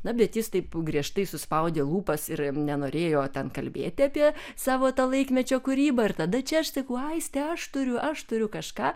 na bet jis taip griežtai suspaudė lūpas ir nenorėjo ten kalbėti apie savo tą laikmečio kūrybą ir tada čia aš sakau aiste aš turiu aš turiu kažką